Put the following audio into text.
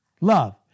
Love